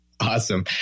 Awesome